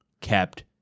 kept